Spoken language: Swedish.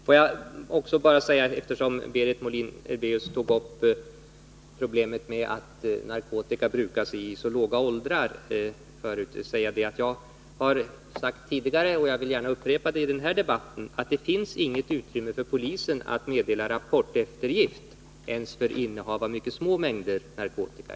Får jag också — eftersom Berit Mohlin-Erbeus förut tog upp problemet med att narkotika brukas i så låga åldrar — påpeka att jag tidigare har sagt, och gärna vill upprepa det i den här debatten, att det inte finns något utrymme för polisen att meddela rapporteftergift ens för innehav av mycket små mängder narkotika.